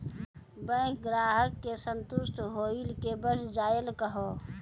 Bank ग्राहक के संतुष्ट होयिल के बढ़ जायल कहो?